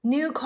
New